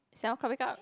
seven o-clock wake up